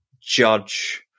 judge